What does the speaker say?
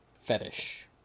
fetish